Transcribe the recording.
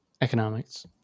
economics